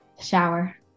Shower